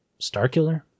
Starkiller